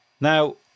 Now